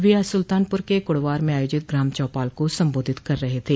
वह आज सुल्तानपुर के कुड़वार में आयोजित ग्राम चौपाल को सम्बोधित कर रहे थे